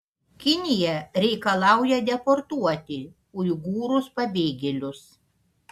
kinija reikalauja deportuoti uigūrus pabėgėlius